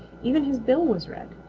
even his bill was red.